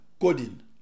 coding